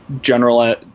general